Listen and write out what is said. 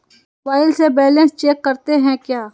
Mobile से balance check करते हैं क्या?